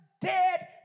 dead